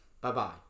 Bye-bye